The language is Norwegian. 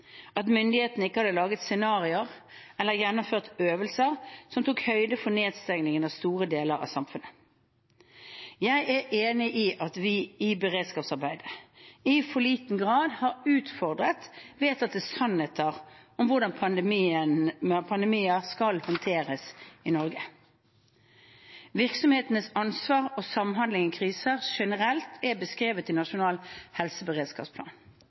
at myndighetene ikke hadde laget scenarioer eller gjennomført øvelser som tok høyde for nedstengningen av store deler av samfunnet. Jeg er enig i at vi i beredskapsarbeidet i for liten grad har utfordret vedtatte sannheter om hvordan pandemier skal håndteres i Norge. Virksomhetenes ansvar og samhandling i kriser generelt er beskrevet i Nasjonal helseberedskapsplan.